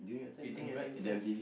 you think I think oh